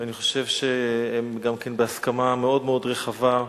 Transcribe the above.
ואני חושב שהוא גם כן בהסכמה מאוד-מאוד רחבה,